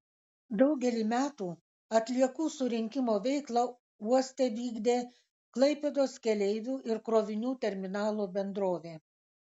daugelį metų atliekų surinkimo veiklą uoste vykdė klaipėdos keleivių ir krovinių terminalo bendrovė